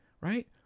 right